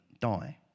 die